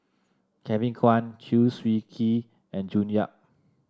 Kevin Kwan Chew Swee Kee and June Yap